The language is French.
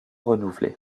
renouvelé